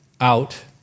out